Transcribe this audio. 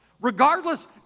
regardless